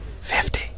Fifty